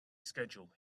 schedule